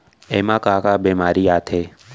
एमा का का बेमारी आथे?